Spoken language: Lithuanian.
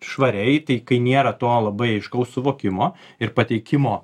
švariai tai kai nėra to labai aiškaus suvokimo ir pateikimo